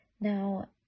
Now